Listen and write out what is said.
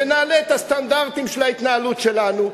ונעלה את הסטנדרטים של ההתנהלות שלנו,